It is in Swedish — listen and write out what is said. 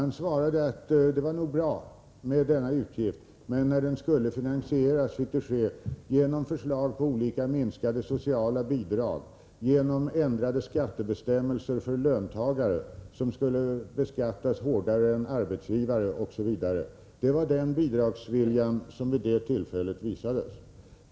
Ni anförde att utgiften nog var bra, men när den skulle finansieras fick det ske, enligt ert förslag, genom minskning av olika sociala bidrag, genom ändrade skattebestämmelser för löntagare, som skulle beskattas hårdare än arbetsgivare, osv. Det var den bidragsvilja ni visade vid det tillfället!